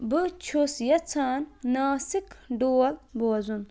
بہٕ چھُس یَژھان ناسِک ڈول بوزُن